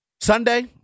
Sunday